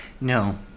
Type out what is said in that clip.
No